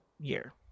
year